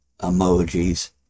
emojis